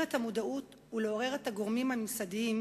את המודעות ולעורר את הגורמים הממסדיים,